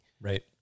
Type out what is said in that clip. Right